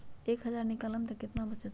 एक हज़ार निकालम त कितना वचत?